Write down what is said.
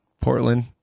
portland